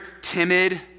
timid